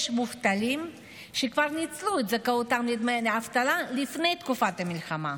יש מובטלים שכבר ניצלו את זכאותם לדמי אבטלה לפני תקופת המלחמה.